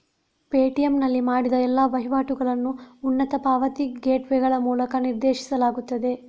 Paytm ನಲ್ಲಿ ಮಾಡಿದ ಎಲ್ಲಾ ವಹಿವಾಟುಗಳನ್ನು ಉನ್ನತ ಪಾವತಿ ಗೇಟ್ವೇಗಳ ಮೂಲಕ ನಿರ್ದೇಶಿಸಲಾಗುತ್ತದೆ